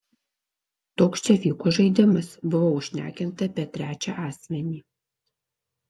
toks čia vyko žaidimas buvau užšnekinta per trečią asmenį